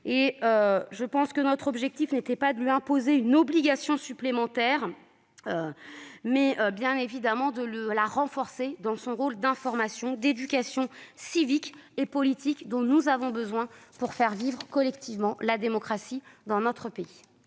démocratique. Notre objectif n'était pas de lui imposer une obligation supplémentaire, mais bien de la renforcer dans son rôle d'information et d'éducation civique et politique, dont nous avons besoin pour faire vivre collectivement la démocratie dans notre pays.